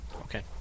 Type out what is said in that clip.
Okay